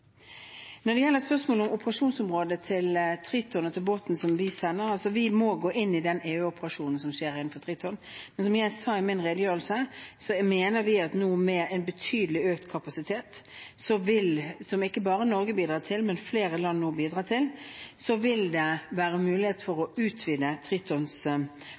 Når det gjelder spørsmålet om operasjonsområdet til Triton og til båten som vi sender, må vi gå inn i den EU-operasjonen som skjer innenfor Triton. Som jeg sa i min redegjørelse, mener vi at med en betydelig økt kapasitet, som ikke bare Norge bidrar til, men flere land bidrar til, vil det nå være mulighet for å utvide Tritons